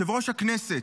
יושב-ראש הכנסת,